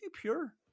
pure